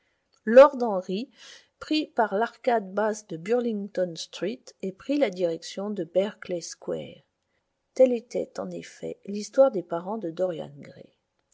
lord henry prit par l'arcade basse de burlington street et prit la direction de berkeley square telle était en effet l'histoire des parents de dorian gray